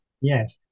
Yes